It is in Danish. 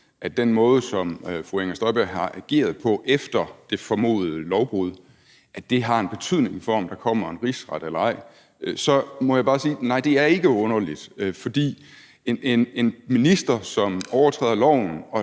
at den måde, som fru Inger Støjberg har ageret på efter det formodede lovbrud, har en betydning for, om der kommer en rigsret eller ej, så må jeg bare sige: Nej, det er ikke underligt, fordi en minister, som overtræder loven